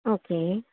okay